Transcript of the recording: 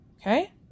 Okay